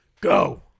Go